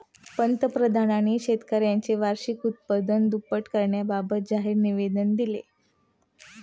पंतप्रधानांनी शेतकऱ्यांचे वार्षिक उत्पन्न दुप्पट करण्याबाबत जाहीर निवेदन दिले